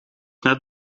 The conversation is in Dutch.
net